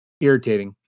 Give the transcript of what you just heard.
irritating